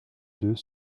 deux